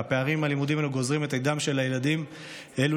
והפערים הלימודיים הללו גוזרים את עתידם של הילדים האלה